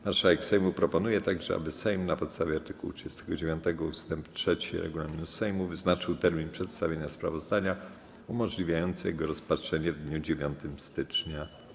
Marszałek Sejmu proponuje także, aby Sejm na podstawie art. 39 ust. 3 regulaminu Sejmu wyznaczył termin przedstawienia sprawozdania umożliwiający jego rozpatrzenie w dniu 9 stycznia.